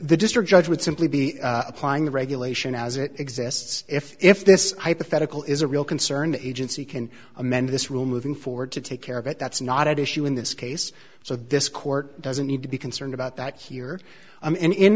the district judge would simply be applying the regulation as it exists if this hypothetical is a real concern the agency can amend this rule moving forward to take care of it that's not at issue in this case so this court doesn't need to be concerned about that here and in